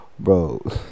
bro